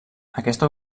aquesta